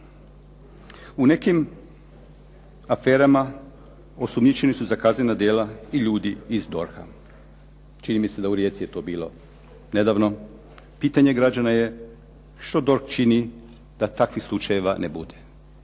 u nekim aferama osumnjičeni su za kaznena djela i ljudi iz DORH-a. Čini mi se da u Rijeci je to bilo nedavno. Pitanje građana je: "Što DORH čini da takvih slučajeva ne bude?".